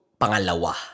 Pangalawa